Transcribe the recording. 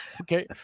Okay